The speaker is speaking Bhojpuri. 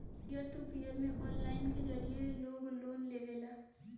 पियर टू पियर में ऑनलाइन के जरिए लोग लोन लेवेला